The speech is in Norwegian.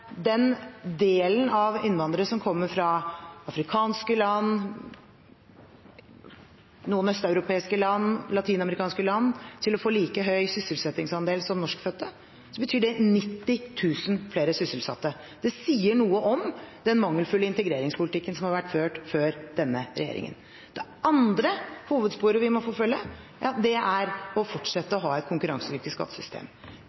den delen av innvandrere som kommer fra afrikanske land, fra noen østeuropeiske land eller fra latinamerikanske land til å få like høy sysselsettingsandel som norskfødte, betyr det 90 000 flere sysselsatte. Det sier noe om den mangelfulle integreringspolitikken som har vært ført før denne regjeringen. Det andre hovedsporet vi må forfølge, er å fortsette